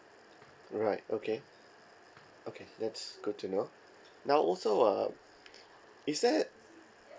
right okay okay that's good to know now also uh is there